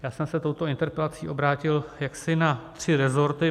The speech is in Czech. Já jsem se touto interpelací obrátil na tři resorty.